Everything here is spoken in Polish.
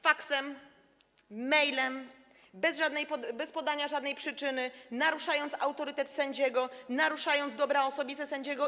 Faksem, mailem, bez podania żadnej przyczyny, naruszając autorytet sędziego, naruszając dobra osobiste sędziego.